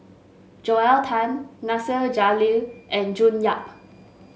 Joel Tan Nasir Jalil and June Yap